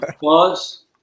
pause